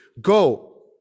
Go